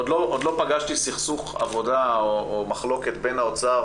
עוד לא פגשתי סכסוך עבודה או מחלוקת בין האוצר